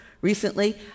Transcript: recently